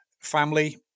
family